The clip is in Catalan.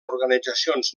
organitzacions